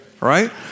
right